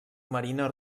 marina